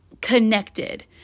connected